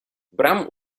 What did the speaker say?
bram